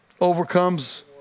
overcomes